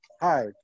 Hi